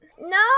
No